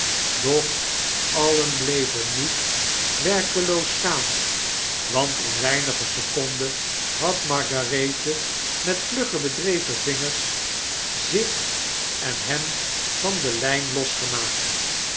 doch alien bleven niet werfeeloos staan want in weinige seconden had margarethe met vlugge bedreven vingers zich en hem van de lijn losgemaakt